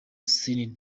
celine